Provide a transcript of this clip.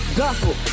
gospel